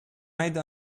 made